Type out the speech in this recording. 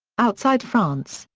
outside france,